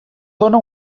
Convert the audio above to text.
dóna